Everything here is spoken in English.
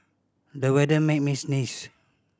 the weather made me sneeze